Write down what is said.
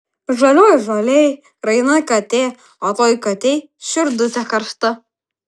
žalioj žolėj raina katė o toj katėj širdutė karšta